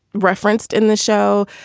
referenced in the show.